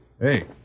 Hey